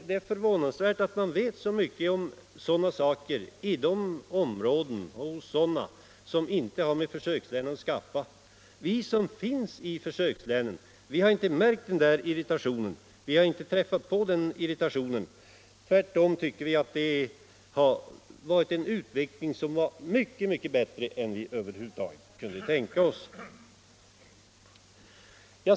Det är förvånansvärt att man vet så mycket om sådana saker i de områden som inte har med försökslänen att skaffa. Vi som bor i försökslänen har inte träffat på den irritationen. Tvärtom tycker vi att det har varit en mycket bättre utveckling än vi över huvud taget kunde tänka oss.